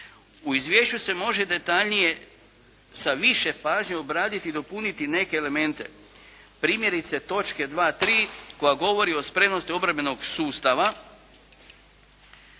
U izvješću se može detaljnije sa više pažnje obraditi i dopuniti neke elemente, primjerice točke 2.3. koja govori o spremnosti obrambenog sustava